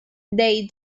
they